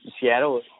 Seattle